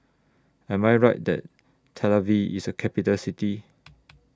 Am I Right that Tel Aviv IS A Capital City